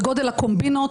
על גודל הקומבינות,